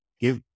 give